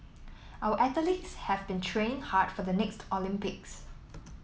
our athletes have been training hard for the next Olympics